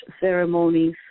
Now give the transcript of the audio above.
ceremonies